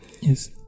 Yes